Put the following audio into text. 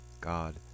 God